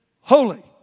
holy